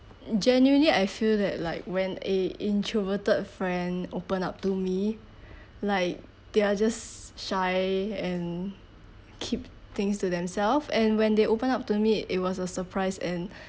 genuinely I feel that like when a introverted friend open up to me like they are just shy and keep things to themselves and when they open up to me it was a surprise and